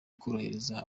korohereza